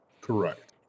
Correct